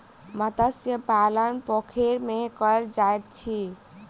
मत्स्य पालन पोखैर में कायल जाइत अछि